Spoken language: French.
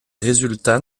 résultats